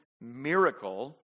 miracle